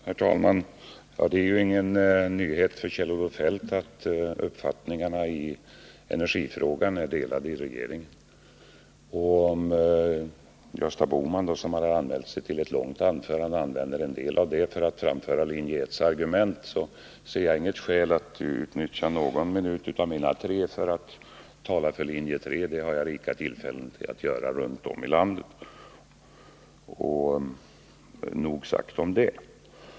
Herr talman! Det är ju ingen nyhet för Kjell-Olof Feldt att uppfattningarna i energifrågan är delade i regeringen. Om Gösta Bohman, som hade anmält sig till ett långt anförande, använder en del av det till att framföra argument för linje 1 ser jag inget skäl att utnyttja någon minut av mina tio minuter till att tala för linje 3. Det har jag rika tillfällen att göra runt om i landet. Nog sagt om det.